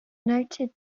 noted